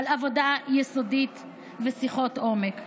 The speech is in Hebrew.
על עבודה יסודית ושיחות עומק.